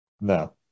no